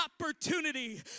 opportunity